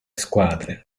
squadre